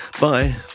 Bye